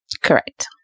Correct